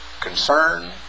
concern